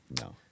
No